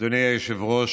אדוני היושב-ראש,